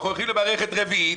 אנחנו הולכים למערכת בחירות רביעית